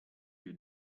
you